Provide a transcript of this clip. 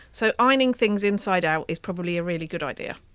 so ironing things inside out is probably a really good idea.